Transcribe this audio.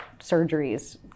surgeries